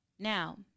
Now